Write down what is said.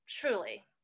truly